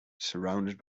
surrounded